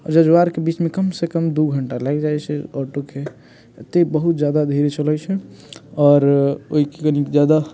जजुआरके बीचमे कमसँ कम दू घंटा लागि जाइत छै ऑटोके एतेक बहुत ज्यादा धीरे चलै छै आओर ओहिके कनिक ज्यादा